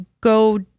Go